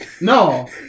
No